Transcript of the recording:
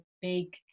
big